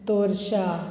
तोरश्यां